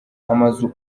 amazu